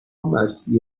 مستی